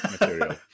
material